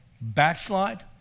backslide